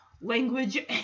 language